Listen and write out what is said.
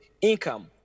income